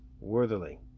worthily